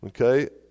Okay